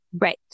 Right